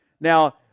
Now